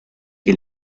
que